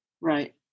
Right